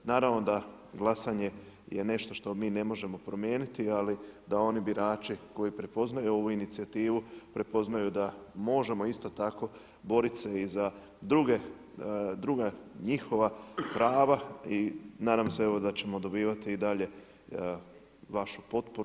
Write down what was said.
Naravno da glasanje je nešto što mi ne možemo promijeniti ali da oni birači koji prepoznaju ovu inicijativu prepoznaju da možemo isto tako borit se i za druge, druga njihova prava i nadam se evo da ćemo dobivati i dalje vašu potporu.